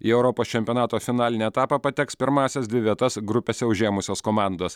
į europos čempionato finalinį etapą pateks pirmąsias dvi vietas grupėse užėmusios komandos